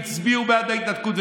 הצביעו בעד ההתנתקות.